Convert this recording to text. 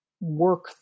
work